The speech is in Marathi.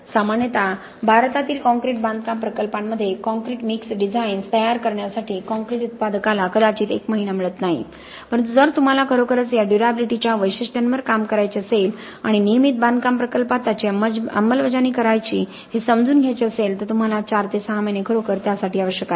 सामान्यत भारतातील काँक्रीट बांधकाम प्रकल्पांमध्ये कॉंक्रिट मिक्स डिझाइन्स तयार करण्यासाठी कंक्रीट उत्पादकाला कदाचित एक महिना मिळत नाही परंतु जर तुम्हाला खरोखरच या ड्युर्याबिलिटीच्या वैशिष्ट्यांवर काम करायचे असेल आणि नियमित बांधकाम प्रकल्पात त्यांची अंमलबजावणी कशी करावी हे समजून घ्यायचे असेल तर तुम्हाला 4 ते 6 महीने खरोखर त्यासाठी आवश्यक आहे